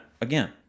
again